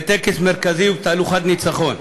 בטקס מרכזי ובתהלוכת ניצחון.